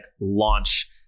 launch